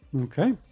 okay